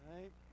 Right